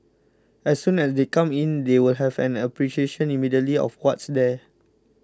as soon as they come in they will have an appreciation immediately of what's there